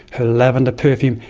her lavender perfume,